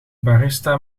barista